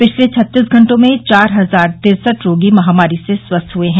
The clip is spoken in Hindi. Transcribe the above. पिछले छत्तीस घंटों में चार हजार तिरसठ रोगी महामारी से स्वस्थ हुए हैं